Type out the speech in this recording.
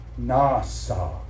NASA